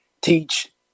teach